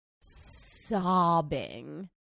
sobbing